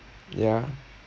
ya